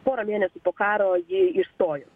porą mėnesių po karo ji išstojo